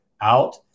out